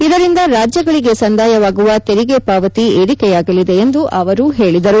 ಇದರಿಂದ ರಾಜ್ಯಗಳಿಗೆ ಸಂದಾಯವಾಗುವ ತೆರಿಗೆ ಪಾವತಿ ಏರಿಕೆಯಾಗಲಿದೆ ಎಂದು ಅವರು ಹೇಳಿದರು